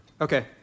Okay